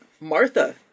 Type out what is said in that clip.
Martha